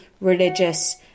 religious